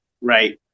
Right